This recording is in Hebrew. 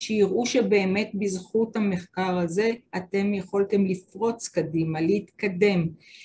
שיראו שבאמת בזכות המחקר הזה אתם יכולתם לפרוץ קדימה, להתקדם